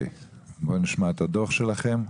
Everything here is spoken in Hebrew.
נשמע את הדוח שלכם,